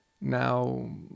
Now